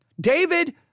David